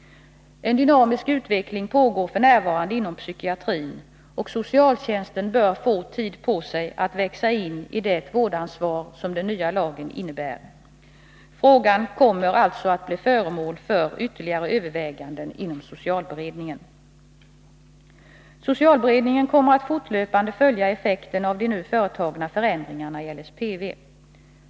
En dynamisk utveckling pågår f. n. inom psykiatrin, och socialtjänsten bör få tid på sig att växa in i det vårdansvar som den nya lagen innebär. Frågan kommer alltså att bli föremål för ytterligare överväganden i socialberedningen. Socialberedningen kommer att fortlöpande följa effekten av de nu föreslagna förändringarna i LSPV.